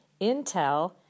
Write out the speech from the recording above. intel